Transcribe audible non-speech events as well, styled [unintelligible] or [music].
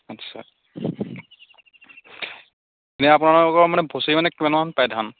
আচ্ছা [unintelligible] নে আপোনালোকৰ মানে বছৰি মানে কিমানমান পায় ধান